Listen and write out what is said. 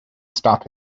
stop